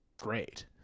great